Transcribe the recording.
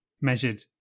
measured